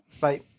Bye